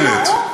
באינטרנט,